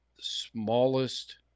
smallest